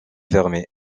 fermées